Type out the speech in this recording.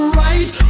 right